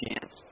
chance